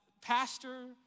Pastor